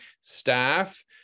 staff